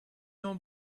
your